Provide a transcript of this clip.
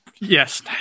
Yes